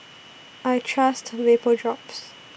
I Trust Vapodrops